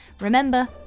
remember